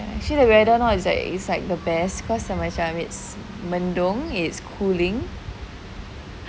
actually the weather now is like the best cause like macam it's mendung it's cooling